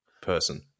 person